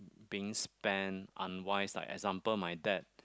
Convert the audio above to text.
being spent unwise like example my dad